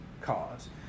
cause